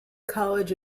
college